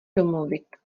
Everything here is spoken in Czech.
domluvit